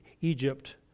Egypt